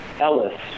Ellis